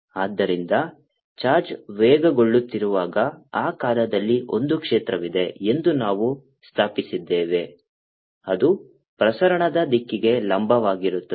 ಆದ್ದರಿಂದ ಚಾರ್ಜ್ ವೇಗಗೊಳ್ಳುತ್ತಿರುವಾಗ ಆ ಕಾಲದಲ್ಲಿ ಒಂದು ಕ್ಷೇತ್ರವಿದೆ ಎಂದು ನಾವು ಸ್ಥಾಪಿಸಿದ್ದೇವೆ ಅದು ಪ್ರಸರಣದ ದಿಕ್ಕಿಗೆ ಲಂಬವಾಗಿರುತ್ತದೆ